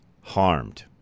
harmed